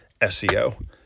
SEO